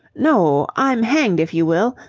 no, i'm hanged if you will!